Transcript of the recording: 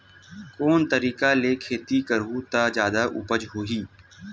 कोन तरीका ले खेती करहु त जादा उपज होही?